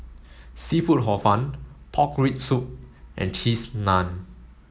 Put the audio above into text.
Seafood Hor Fun pork rib soup and cheese naan